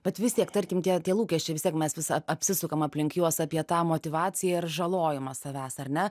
bet vis tiek tarkim tie tie lūkesčiai vis tiek mes vis a apsisukam aplink juos apie tą motyvaciją ir žalojimą savęs ar ne